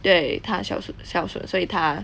对她很孝顺孝顺所以她